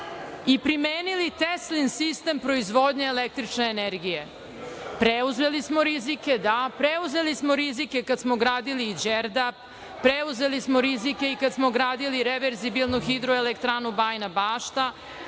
i primenili Teslin sistem proizvodnje električne energije. Preuzeli smo rizike kada smo gradili „Đerdap“, preuzeli smo rizike i kada smo gradili reverzibilnu Hidroelektranu „Bajina Bašta“,